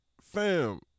fam